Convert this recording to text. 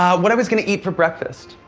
what i was gonna eat for breakfast.